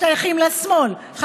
משתייכים לשמאל.